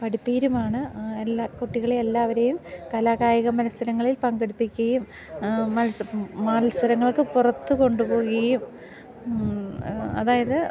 പഠിപ്പീരുമാണ് എല്ലാ കുട്ടികളെ എല്ലാവരെയും കലാകായിക മത്സരങ്ങളിൽ പങ്കെടുപ്പിക്കുകയും മത്സ മത്സരങ്ങൾക്ക് പുറത്തു കൊണ്ടു പോകുകയും അതായത്